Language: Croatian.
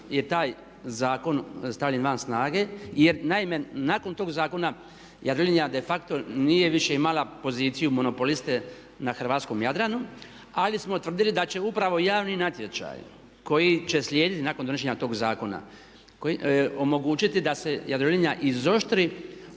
je taj zakon stavljen van snage jer naime nakon tog zakona Jadrolinija de facto nije više imala poziciju monopoliste na Hrvatskom Jadranu ali smo utvrdili da će upravo javni natječaji koji će slijediti nakon donošenja tog zakona omogućiti da se Jadrolinija izoštri